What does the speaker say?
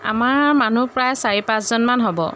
আমাৰ মানুহ প্ৰায় চাৰি পাঁচজনমান হ'ব